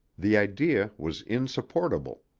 the idea was insupportable.